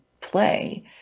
play